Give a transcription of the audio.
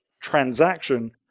transaction